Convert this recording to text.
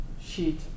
sheet